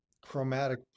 Chromatic